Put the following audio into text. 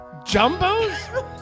Jumbos